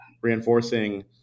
reinforcing